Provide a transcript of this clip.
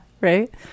right